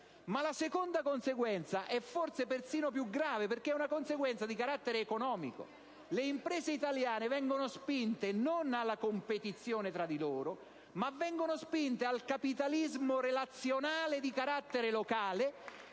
La seconda conseguenza forse è persino più grave, perché è di carattere economico. Le imprese italiane vengono spinte non alla competizione tra di loro, ma al capitalismo relazionale di carattere locale